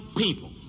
people